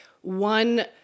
one